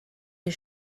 des